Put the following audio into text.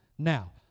Now